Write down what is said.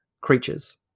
creatures